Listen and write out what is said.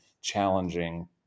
challenging